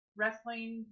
wrestling